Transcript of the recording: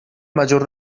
major